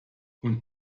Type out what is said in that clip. und